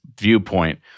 viewpoint